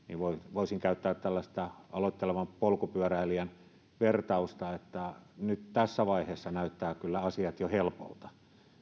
voisin käyttää tällaista aloittelevan polkupyöräilijän vertausta että nyt tässä vaiheessa näyttävät kyllä asiat jo helpoilta